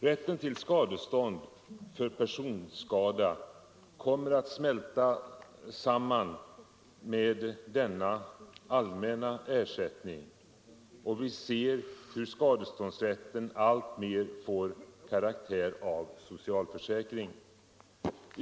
Rätten till skadestånd för personskada kommer att smälta samman med denna allmänna ersättning, och vi ser hur skadeståndsrätten alltmer får karaktär av socialförsäkring.